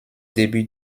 début